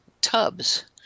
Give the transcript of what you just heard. tubs